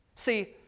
See